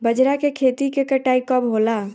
बजरा के खेती के कटाई कब होला?